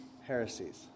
heresies